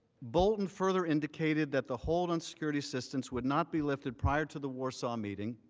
bolton further indicated that the hold on security assistance would not be lifted prior to the warsaw meeting,